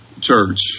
church